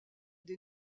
des